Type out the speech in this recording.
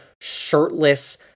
shirtless